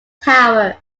tower